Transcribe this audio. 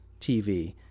TV